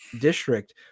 district